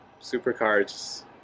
supercars